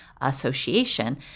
Association